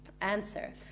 answer